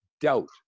doubt